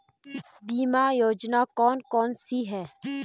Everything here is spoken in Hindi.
बीमा योजना कौन कौनसी हैं?